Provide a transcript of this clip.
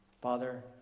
Father